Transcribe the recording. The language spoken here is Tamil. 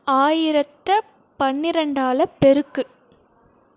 ஆயிரத்தை பன்னிரெண்டால் பெருக்கு